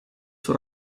suo